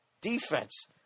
defense